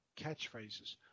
catchphrases